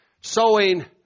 sowing